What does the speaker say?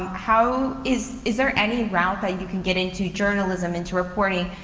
how is, is there any route that you can get into journalism, into reporting